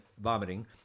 vomiting